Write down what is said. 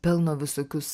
pelno visokius